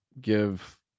give